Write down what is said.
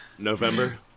November